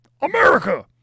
America